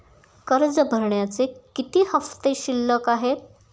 कर्ज भरण्याचे किती हफ्ते शिल्लक आहेत?